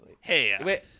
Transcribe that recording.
Hey